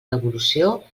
devolució